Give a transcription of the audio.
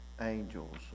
angels